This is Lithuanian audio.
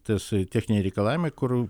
tas techniniai reikalavimai kur